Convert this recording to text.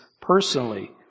personally